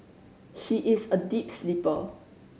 she is a deep sleeper